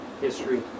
history